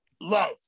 love